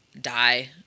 die